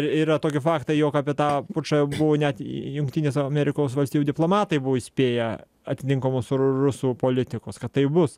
yra toki faktai jog apie tą pučą jau buvo net į jungtinėse amerikos valstijų diplomatai buvo įspėję atitinkamus rusų politikus kad taip bus